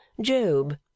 Job